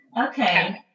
Okay